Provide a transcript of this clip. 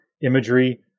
imagery